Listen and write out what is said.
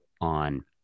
on